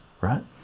right